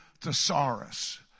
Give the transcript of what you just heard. thesaurus